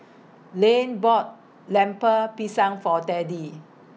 Lane bought Lemper Pisang For Teddy